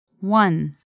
One